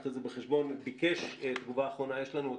כך שאני חושב שבאמת מבחינת, יש ספר, יש